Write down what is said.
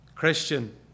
Christian